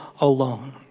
alone